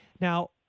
Now